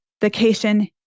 vacation